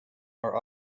are